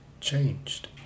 changed